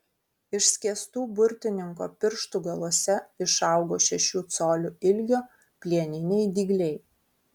išskėstų burtininko pirštų galuose išaugo šešių colių ilgio plieniniai dygliai